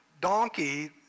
donkey